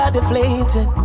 deflated